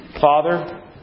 Father